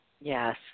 Yes